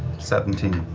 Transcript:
seventeen.